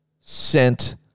sent